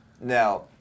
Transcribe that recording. now